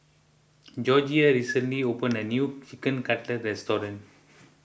Gregoria recently opened a new Chicken Cutlet restaurant